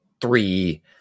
three